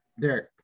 Derek